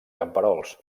camperols